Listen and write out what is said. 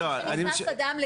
ברגע שנכנס אדם למגורים,